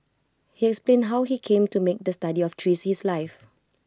he explained how he came to make the study of trees his life